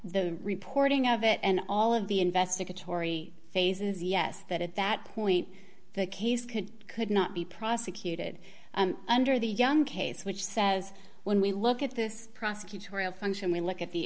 the reporting of it and all of the investigatory phases yes that at that point the case could could not be prosecuted under the young case which says when we look at this prosecutorial function we look at the